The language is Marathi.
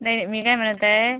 नाही मी काय म्हणत आहे